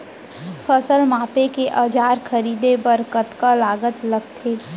फसल मापके के औज़ार खरीदे बर कतका लागत लगथे?